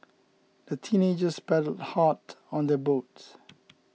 the teenagers paddled hard on their boat